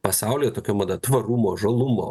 pasaulyje tokia mada tvarumo žalumo